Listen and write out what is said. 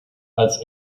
als